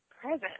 present